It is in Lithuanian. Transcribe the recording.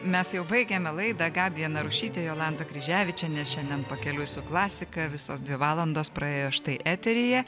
mes jau baigėme laidą gabija narušytė jolanta kryževičienė šiandien pakeliui su klasika visos dvi valandos praėjo štai eteryje